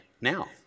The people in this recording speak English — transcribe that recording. now